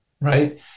Right